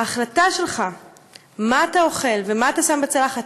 ההחלטה שלך מה אתה אוכל ומה אתה שם בצלחת